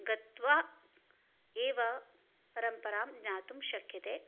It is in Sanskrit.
गत्वा एव परम्परां ज्ञातुं शक्यते